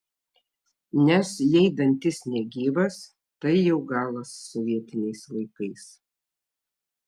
nes jei dantis negyvas tai jau galas sovietiniais laikais